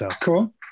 Cool